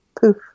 Poof